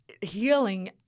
Healing